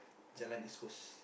Jalan East-Coast